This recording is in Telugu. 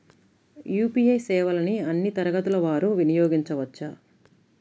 యూ.పీ.ఐ సేవలని అన్నీ తరగతుల వారు వినయోగించుకోవచ్చా?